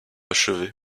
achevée